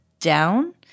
down